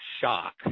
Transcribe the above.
shock